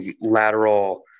lateral